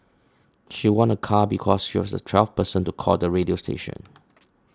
she won a car because she was the twelfth person to call the radio station